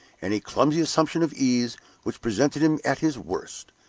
and a clumsy assumption of ease which presented him at his worst.